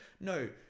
No